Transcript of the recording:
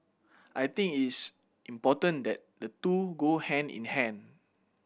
I think it's important that the two go hand in hand